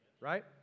Right